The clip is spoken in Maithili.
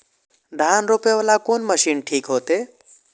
धान रोपे वाला कोन मशीन ठीक होते?